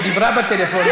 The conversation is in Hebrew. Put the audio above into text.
היא דיברה בטלפון,